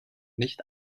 nicht